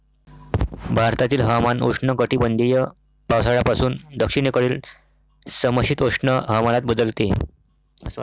भारतातील हवामान उष्णकटिबंधीय पावसाळ्यापासून दक्षिणेकडील समशीतोष्ण हवामानात बदलते